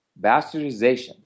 bastardization